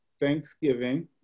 Thanksgiving